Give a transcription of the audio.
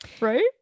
right